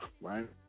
right